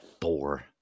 thor